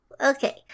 okay